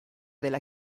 della